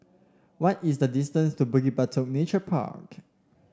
what is the distance to Bukit Batok Nature Park